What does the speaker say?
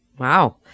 Wow